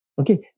Okay